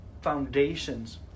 foundations